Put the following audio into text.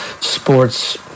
sports